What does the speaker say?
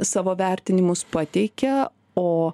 savo vertinimus pateikia o